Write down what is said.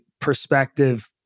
perspective